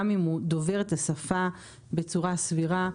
גם אם הוא דובר את השפה בצורה סבירה,